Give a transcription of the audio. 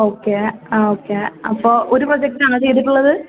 okay ആ okay അപ്പോൾ ഒരു പ്രൊജക്റ്റാണോ ചെയ്തിട്ടുള്ളത്